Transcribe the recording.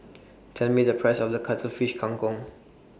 Tell Me The Price of The Cuttlefish Kang Kong